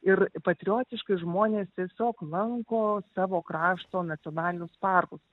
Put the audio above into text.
ir patriotiški žmonės tiesiog lanko savo krašto nacionalinius parkus